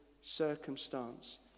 circumstance